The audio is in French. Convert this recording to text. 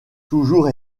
toujours